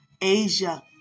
Asia